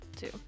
two